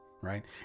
right